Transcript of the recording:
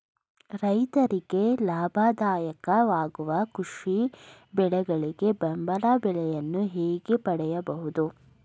ರೈತರಿಗೆ ಲಾಭದಾಯಕ ವಾಗುವ ಕೃಷಿ ಬೆಳೆಗಳಿಗೆ ಬೆಂಬಲ ಬೆಲೆಯನ್ನು ಹೇಗೆ ಪಡೆಯಬಹುದು?